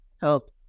health